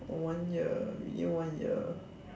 one year within one year